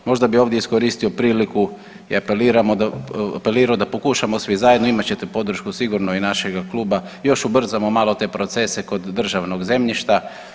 Možda bi ovdje iskoristio priliku i apelirao da pokušamo svi zajedno imat ćete podršku sigurno i našega kluba, još ubrzamo malo te procese kod državnog zemljišta.